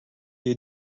you